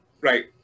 Right